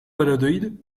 valladolid